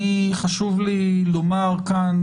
חשוב לי לומר כאן,